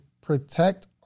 protect